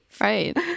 Right